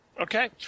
Okay